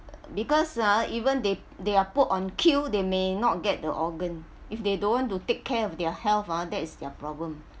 because ah even they they are put on queue they may not get the organ if they don't want to take care of their health ah that's their problem